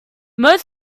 most